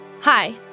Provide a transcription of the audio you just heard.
hi